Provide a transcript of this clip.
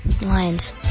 Lions